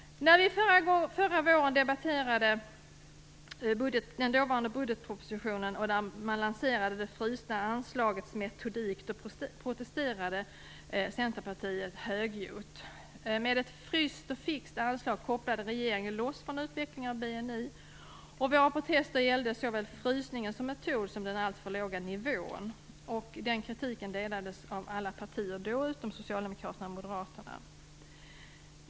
När vi förra våren debatterade den dåvarande budgetpropositionen och "det frysta anslagets metodik" lanserades protesterade Centerpartiet högljutt. Med ett fryst och fixt anslag kopplade regeringen loss från utvecklingen av BNI. Våra protester gällde såväl frysningen som metod som den alltför låga nivån. I den kritiken instämde alla partier utom Socialdemokraterna och Moderaterna.